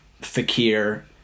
Fakir